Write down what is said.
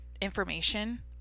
information